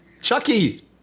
Chucky